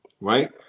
right